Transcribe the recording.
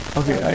okay